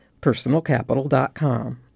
personalcapital.com